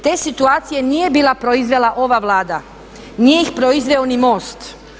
Te situacije nije bila proizvela ova Vlada, nije ih proizveo ni MOST.